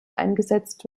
eingesetzt